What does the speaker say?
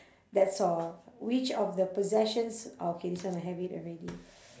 that's all which of the possessions orh okay this one I have it already